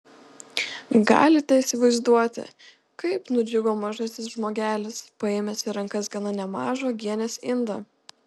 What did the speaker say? galite įsivaizduoti kaip nudžiugo mažasis žmogelis paėmęs į rankas gana nemažą uogienės indą